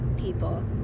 people